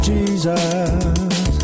Jesus